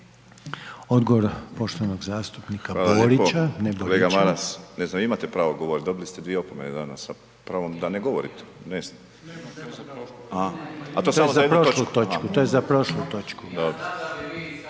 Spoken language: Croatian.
Odgovor poštovanog zastupnika Lovrinovića.